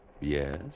Yes